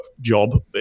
job